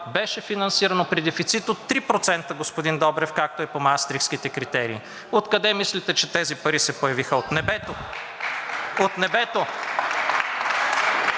беше финансирано при дефицит от 3%, господин Добрев, както е по Маастрихтските критерии. Откъде мислите, че тези пари се появиха? От небето! От небето!